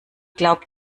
glaubt